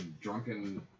drunken